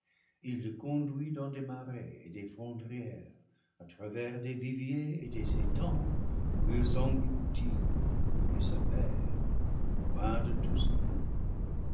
il le conduit dans des marais et des fondrières à travers des viviers et des étangs où il s'engloutit et se perd loin de tout secours